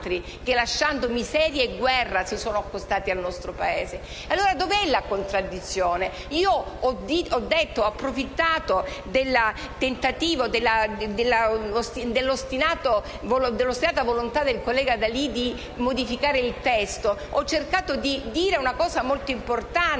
che, lasciando miseria e guerra, si sono accostati al nostro Paese. Dov'è allora la contraddizione? Io ho approfittato dell'ostinata volontà del collega D'Alì di modificare il testo per cercare di dire una cosa molto importante